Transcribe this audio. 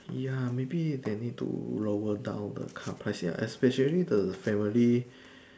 ya maybe they need to lower down the car price ya especially the family